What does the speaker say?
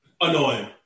annoying